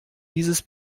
dieses